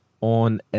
on